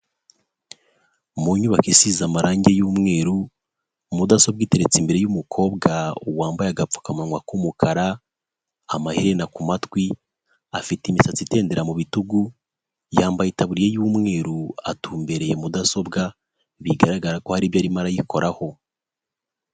Mu nyubako isize amarangi y'umweru, mudasobwa iteretse imbere y'umukobwa, wambaye agapfukamunwa k'umukara, amahena ku matwi, afite imisatsi itendera mu bitugu, yambaye itaburiya y'umweru, atumbereye mudasobwa, bigaragara ko hari ibyo arimo arayikoraho.